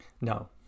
No